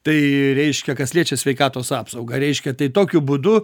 tai reiškia kas liečia sveikatos apsaugą reiškia tai tokiu būdu